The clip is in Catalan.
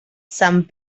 sant